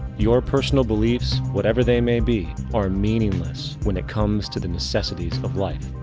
your personal beliefs, whatever they may be, are meaningless when it comes to the necessities of life.